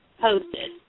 posted